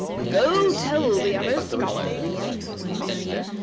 go tell the other scholars, said the monster,